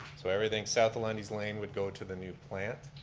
so everything south of lundy's lane would go to the new plant.